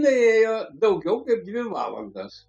nu ėjo daugiau kaip dvi valandas